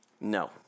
No